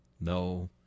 NO